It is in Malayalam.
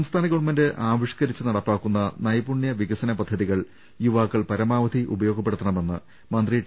സംസ്ഥാന ഗവൺമെന്റ് ആവിഷ്കരിച്ച് നടപ്പാക്കുന്ന നൈപുണ്യ വികസന പദ്ധതികൾ യുവാക്കൾ പരമാവധി ഉപ യോ ഗ പ്പെടു ത്തണ മെന്ന് മന്ത്രി ടി